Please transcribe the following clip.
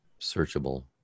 searchable